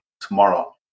tomorrow